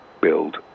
build